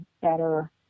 better